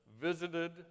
visited